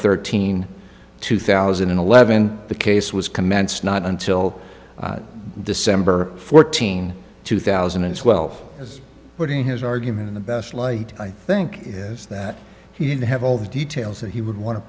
thirteenth two thousand and eleven the case was commenced not until december fourteenth two thousand and twelve as putting his argument in the best light i think is that he didn't have all the details that he would want to